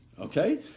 okay